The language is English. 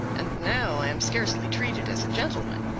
and now i am scarcely treated as a gentleman.